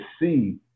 see